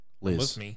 Liz